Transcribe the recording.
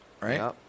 Right